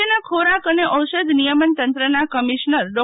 રાજ્યના ખોરાક અને ઔષધ નિયમન તંત્રના કમિશનરશ્રી ડૉ